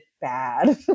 bad